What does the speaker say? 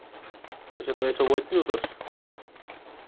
اچھا تُہۍ ٲسِو وٲتِو یوتَس